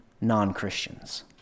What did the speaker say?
non-Christians